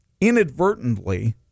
inadvertently